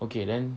okay then